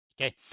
Okay